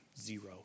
zero